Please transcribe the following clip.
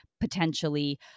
potentially